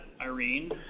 Irene